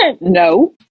no